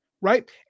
right